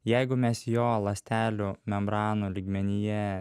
jeigu mes jo ląstelių membranų lygmenyje